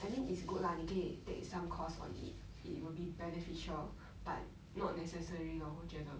I mean it's good lah 你可以 take some course on it it would be beneficial but not necessary lor 我觉得